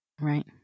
Right